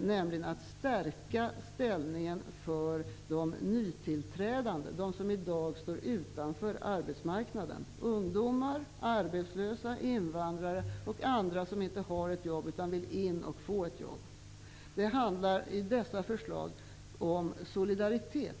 nämligen att stärka ställningen för de nytillträdande -- de som i dag står utanför arbetsmarknaden. Det gäller ungdomar, arbetslösa, invandrare och andra som inte har ett jobb utan vill in på arbetsmarknaden och få ett jobb. I dessa förslag handlar det om solidaritet